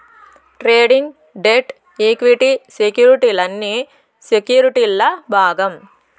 trading, debt, equity సెక్యుర్టీలన్నీ సెక్యుర్టీల్ల భాగం